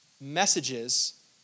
messages